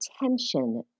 attention